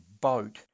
boat